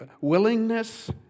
willingness